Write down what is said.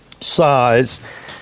size